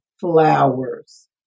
flowers